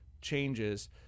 changes